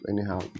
Anyhow